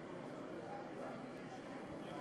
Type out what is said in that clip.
שצרפת